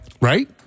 Right